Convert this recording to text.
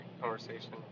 Conversation